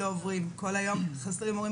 כל היום חסרים לנו מורים.